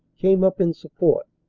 came up in support,